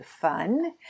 fun